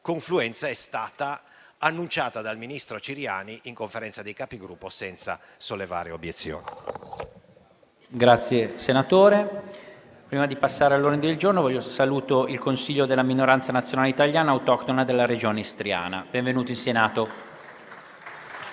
confluenza è stata annunciata dal ministro Ciriani in Conferenza dei Capigruppo, senza che venissero sollevate obiezioni.